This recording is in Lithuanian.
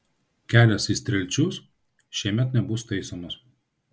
kelias į strielčius šiemet nebus taisomas